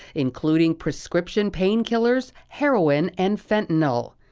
including prescription painkillers, heroin, and fentanyl.